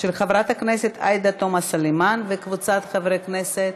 של חברת הכנסת עאידה תומא סלימאן וקבוצת חברי הכנסת.